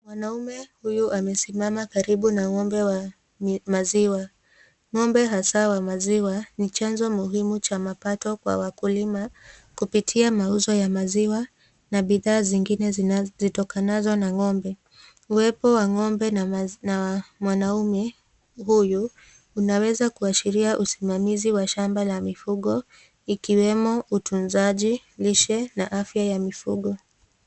Mwanaume huyu amesimama karibu na ng'ombe wa maziwa. Ng'ombe hasa wa maziwa ni chanzo muhimu cha mapato kwa wakulima kupitia mauzo ya maziwa na bidhaa zingine zitokanazo na ng'ombe. Uwepo wa ng'ombe na mwanaume huyu unaweza kuashiria usimamizi wa shamba la mifugo ikiwemo utunzaji, lishe, na afya ya mifugo